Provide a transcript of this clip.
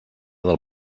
del